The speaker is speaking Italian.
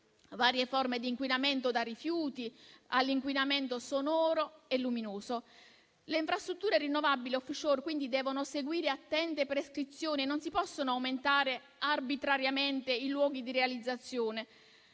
varie forme di inquinamento da rifiuti, fino all'inquinamento sonoro e luminoso. Le infrastrutture rinnovabili *offshore* devono quindi devono seguire attente prescrizioni e non se ne possono aumentare arbitrariamente i luoghi di realizzazione.